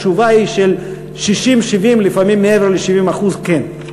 התשובה של 60% 70%, ולפעמים מעבר ל-70%, היא כן.